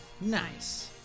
Nice